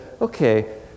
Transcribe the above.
okay